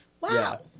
Wow